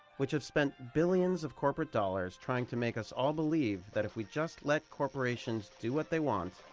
which have spent billions of corporate dollars trying to make us all believe that if we just let corporations do what they want,